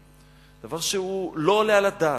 דבר שלא עולה על הדעת,